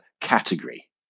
category